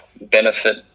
benefit